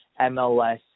MLS